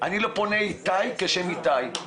אני לא פונה איתי כשם איתי,